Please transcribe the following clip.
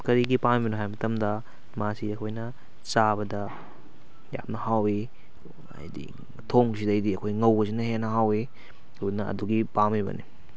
ꯀꯔꯤꯒꯤ ꯄꯥꯝꯃꯤꯅꯣ ꯍꯥꯏꯕ ꯃꯇꯝꯗ ꯃꯥꯁꯤ ꯑꯩꯈꯣꯏꯅ ꯆꯥꯕꯗ ꯌꯥꯝꯅ ꯍꯥꯎꯋꯤ ꯍꯥꯏꯗꯤ ꯊꯣꯡꯕꯁꯤꯗꯩꯗꯤ ꯑꯩꯈꯣꯏ ꯉꯧꯕꯁꯤꯅ ꯍꯦꯟꯅ ꯍꯥꯎꯋꯤ ꯑꯗꯨꯅ ꯑꯗꯨꯒꯤ ꯄꯥꯝꯃꯤꯕꯅꯦ